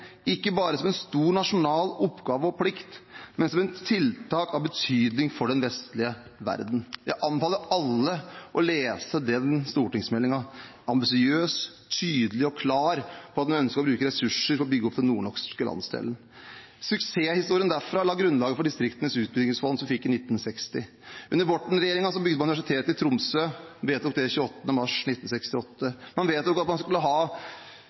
ikke bare for en stor nasjonal oppgave og plikt, men som et tiltak av betydning for den vestlige verden. Jeg vil anbefale alle å lese den stortingsmeldingen. Den er ambisiøs, tydelig og klar på at en ønsker å bruke ressurser for å bygge opp den nordnorske landsdelen. Suksesshistorien derfra la grunnlaget for Distriktenes utbyggingsfond, som vi fikk i 1960. Under Borten-regjeringen bygde man Universitetet i Tromsø – man vedtok det 28. mars 1968. Man vedtok at man skulle ha